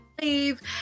leave